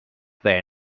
there